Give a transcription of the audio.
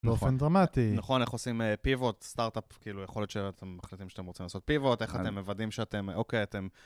באופן דרמטי. נכון, איך עושים פיווט, סטארט-אפ, כאילו יכולת שאתם מחליטים שאתם רוצים לעשות פיווט, איך אתם מוודאים שאתם, אוקיי, אתם...